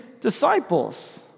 disciples